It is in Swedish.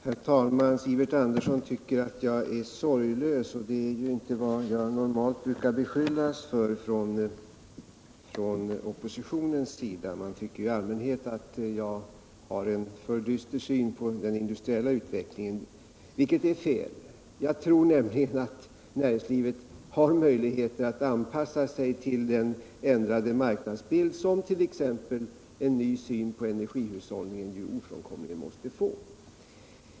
Herr talman! Sivert Andersson tycker att jag är sorglös. Det är inte vad jag från oppositionens sida normalt brukar beskyllas för att vara; man tycker i allmänhet att jag har en alltför dyster syn på den industriella utvecklingen, vilket dock är fel. Jag tror nämligen att näringslivet har möjlighet att anpassa sig till den ändrade marknadsbild somt.ex. en ny syn på energihushållningen ofrånkomligen måste medföra.